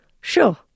sure